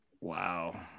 Wow